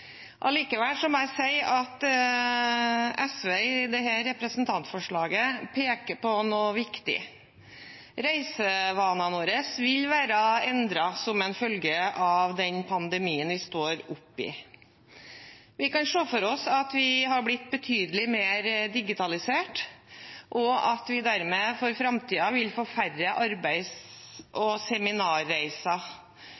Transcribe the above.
Allikevel må jeg si at SV i dette representantforslaget peker på noe viktig. Reisevanene våre vil være endret som en følge av den pandemien vi står oppe i. Vi kan se for oss at vi har blitt betydelig mer digitalisert, og at vi dermed for framtiden vil få færre arbeids-